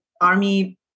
army